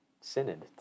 synod